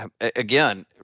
again